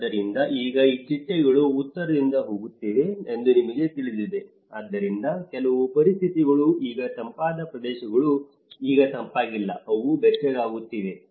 ಆದ್ದರಿಂದ ಈಗ ಈ ಚಿಟ್ಟೆಗಳು ಉತ್ತರದಿಂದ ಹೋಗುತ್ತಿವೆ ಎಂದು ನಿಮಗೆ ತಿಳಿದಿದೆ ಆದ್ದರಿಂದ ಕೆಲವು ಪರಿಸ್ಥಿತಿಗಳು ಈಗ ತಂಪಾದ ಪ್ರದೇಶಗಳು ಈಗ ತಂಪಾಗಿಲ್ಲ ಅವು ಬೆಚ್ಚಗಾಗುತ್ತಿವೆ